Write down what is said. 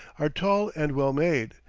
are tall and well-made,